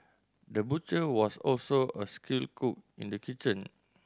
the butcher was also a skilled cook in the kitchen